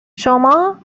شما